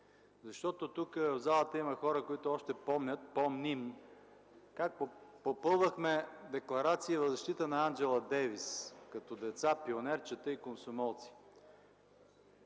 защото тук, в залата има хора, които още помнят, помним как попълвахме декларации в защита на Анджела Дейвис като деца, пионерчета и комсомолци.